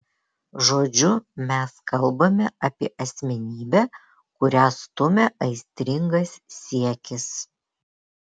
žodžiu mes kalbame apie asmenybę kurią stumia aistringas siekis